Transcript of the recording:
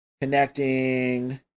Connecting